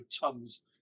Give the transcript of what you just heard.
tons